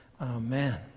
Amen